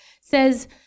says